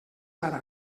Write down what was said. ara